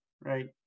right